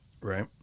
right